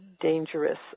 dangerous